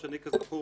כזכור,